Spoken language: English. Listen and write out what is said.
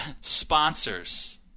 sponsors